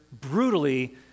brutally